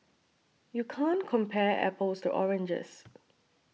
you can't compare apples to oranges